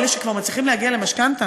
אלה שכבר מצליחים להגיע למשכנתה,